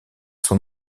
son